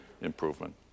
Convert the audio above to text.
improvement